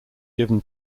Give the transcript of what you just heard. given